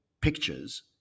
pictures